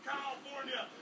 California